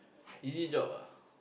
easy job ah